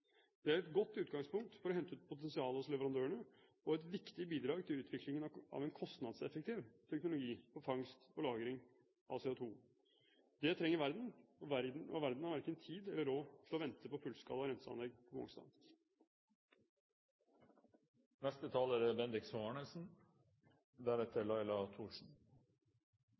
Det er et godt utgangspunkt for å hente ut potensialet hos leverandørene og et viktig bidrag til utviklingen av en kostnadseffektiv teknologi for fangst og lagring av CO2. Det trenger verden. Og verden har verken tid eller råd til å vente på fullskala renseanlegg på Mongstad. Når vi i dag behandler energi- og miljøkomiteens budsjettinnstilling for 2011, blir vi samtidig minnet om hvor viktig energiforsyning er